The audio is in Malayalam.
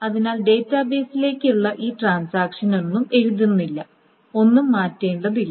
അതിനാൽ ഡാറ്റാബേസിലേക്കുള്ള ഈ ട്രാൻസാക്ഷൻ ഒന്നും എഴുതുന്നില്ല ഒന്നും മാറ്റേണ്ടതില്ല